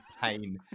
pain